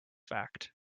fact